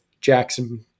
Jackson